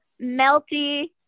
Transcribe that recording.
melty